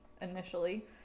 initially